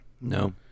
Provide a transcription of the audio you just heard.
No